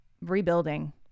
rebuilding